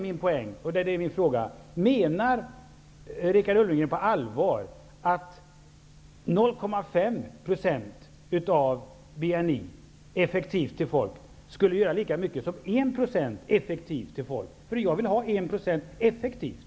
Min fråga är då: Menar Richard Ulfvengren på allvar att 0,5 % effektivt till folk skulle göra lika mycket som 1 % effektivt till folk? Jag vill nämligen ha 1 % effektivt.